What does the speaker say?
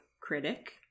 critic